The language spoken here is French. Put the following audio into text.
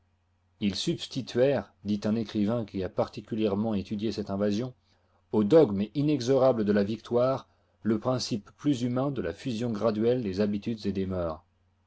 il substituèrent dit un écrivain qui a particulièrement étudié cette invasion au dogme inexorable de la victoire le principe plus humain de la fusion graduelle des habitudes et des mœurs